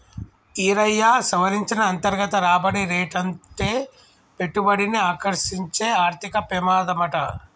ఈరయ్యా, సవరించిన అంతర్గత రాబడి రేటంటే పెట్టుబడిని ఆకర్సించే ఆర్థిక పెమాదమాట